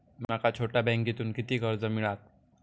माका छोट्या बँकेतून किती कर्ज मिळात?